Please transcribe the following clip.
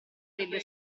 delle